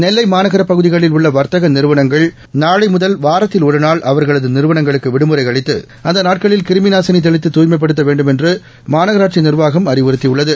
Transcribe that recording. நெல்லை மாநகர பகுதிகளில் உள்ள வாத்தக நிறுவனங்கள் நாளை முதல் வாரத்தில் ஒருநாள் அவா்களது நிறுவனங்களுக்கு விடுமுறை அளித்து அந்த நாட்களில் கிருமி நாசினி தெளித்து தூய்மைப்படுத்த வேண்டுமென்று மாநகராட்சி நிர்வாகம் அறிவுறுத்தியுள்ளது